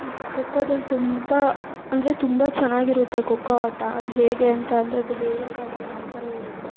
ಖೋಖೋದಲ್ಲಿ ತುಂಬ ಅಂದರೆ ತುಂಬ ಚೆನ್ನಾಗಿರುತ್ತೆ ಖೋಖೋ ಆಟ ಅದು ಹೇಗೆ ಅಂತಂದರೆ ಅದು ಹೇಳೋಕ್ಕಾಗಲ್ಲ ಆ ಥರ ಇರುತ್ತೆ